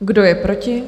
Kdo je proti?